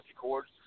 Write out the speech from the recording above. cords